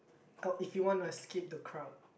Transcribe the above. oh if you want to escape the crowd